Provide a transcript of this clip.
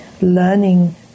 learning